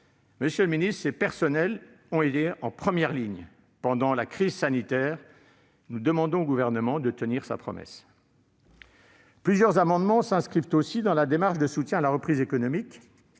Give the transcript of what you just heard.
monsieur le ministre, ces personnels ont été en première ligne pendant la crise sanitaire. Nous demandons au Gouvernement de tenir sa promesse. Plusieurs amendements s'inscrivent aussi dans la démarche de soutien à la reprise économique